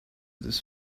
this